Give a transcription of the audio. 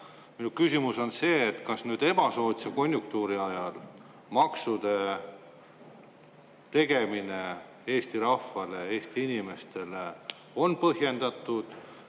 Minu küsimus on see, et kas nüüd ebasoodsa konjunktuuri ajal maksude tegemine Eesti rahvale, Eesti inimestele on põhjendatud